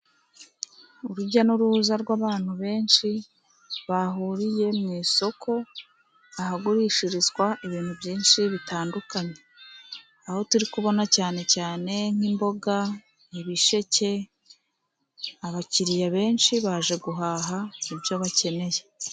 Urujya n’uruza rw’abantu benshi bahuriye mu isoko ahagurishirizwa ibintu byinshi bitandukanye. Aho turi kubona cyane cyane nk’imboga, ibisheke, abakiriya benshi baje guhaha ibyo bakeneye.